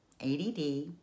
ADD